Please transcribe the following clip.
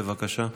בבקשה.